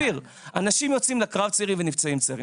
אנשים יוצאים לקרב צעירים ונפצעים צעירים.